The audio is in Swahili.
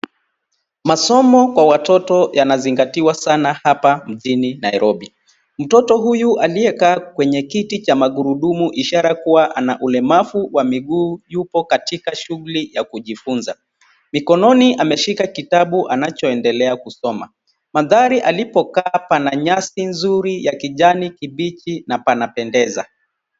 Masomo kwa watoto yanazingatiwa sana hapa mjini Nairobi. Mtoto huyu aliyekaa kwenye kiti cha magurudumu ishara kuwa ana ulemavu wa miguu yupo katika shughuli ya kujifunza. Mikononi ameshika kitabu anachoendelea kusoma. Mandhari alipokaa pana nyasi nzuri ya kijani kibichi na panapendeza.